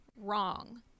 wrong